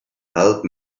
help